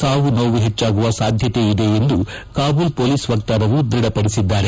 ಸಾವು ನೋವು ಹೆಚ್ಚಾಗುವ ಸಾಧ್ಯತೆ ಇದೆ ಎಂದು ಕಾಬೂಲ್ ಪೊಲೀಸ್ ವಕ್ತಾರರು ದೃಢಪಡಿಸಿದ್ದಾರೆ